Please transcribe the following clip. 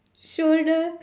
shoulder